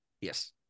Yes